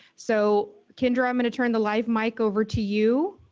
so kindra, i'm going to turn the live mic over to you.